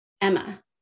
Emma